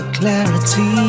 clarity